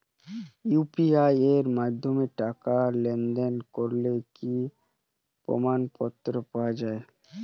UPI এর মাধ্যমে টাকা লেনদেনের কোন কি প্রমাণপত্র পাওয়া য়ায়?